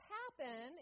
happen